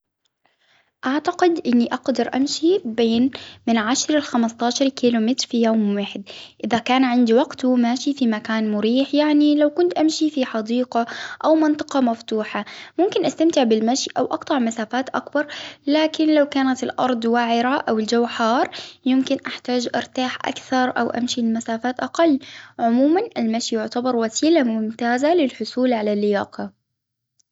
أعتقد إني أقدر أمشي بين من عشر لخمسة عشر كيلو متر في يوم واحد، إذا كان عندي وقت وماشي في كان مريح يعني لو كنت أمشي في حديقة أو منطقة مفتوحة، ممكن أستمتع بالمشي أو أقطع مسافات أكبر، لكن لو كانت الأرض واعرة أو الجو حار، يمكن أحتاج أكثر أو أمشي من مسافات أقل، عموما المشي يعتبر وسيلة ممتازة للحصول على اللياقة.